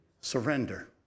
Surrender